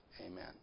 Amen